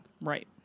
Right